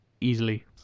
easily